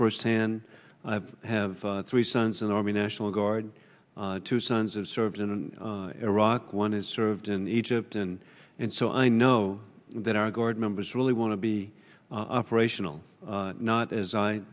first hand i have three sons in the army national guard two sons of served in iraq one is served in egypt and and so i know that our guard members really want to be operational not as i